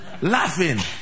laughing